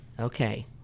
okay